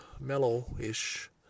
mellow-ish